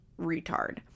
retard